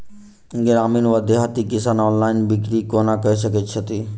ग्रामीण वा देहाती किसान ऑनलाइन बिक्री कोना कऽ सकै छैथि?